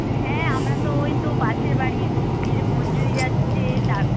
হ্যাঁ আমরা তো ওই তো পাশের বাড়ির মঞ্জুরি যাচ্ছে তার